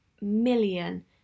million